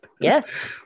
Yes